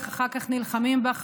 אחר כך נלחמים בך,